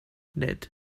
nid